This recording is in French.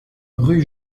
rue